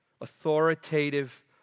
authoritative